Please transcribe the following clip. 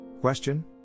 Question